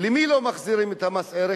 למי לא מחזירים את המע"מ?